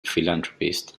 philanthropist